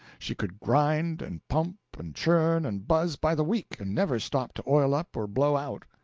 she could grind, and pump, and churn, and buzz by the week, and never stop to oil up or blow out.